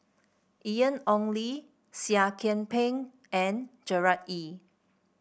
Ian Ong Li Seah Kian Peng and Gerard Ee